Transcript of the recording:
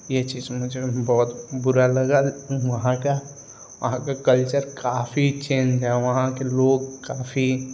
ये चीज मुझे बहुत बुरा लगा वहाँ का वहाँ का कल्चर काफी चेंज है वहाँ के लोग काफी